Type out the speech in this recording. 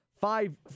five